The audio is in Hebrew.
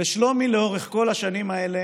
אבל לשלומי, לאורך כל השנים האלה,